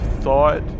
thought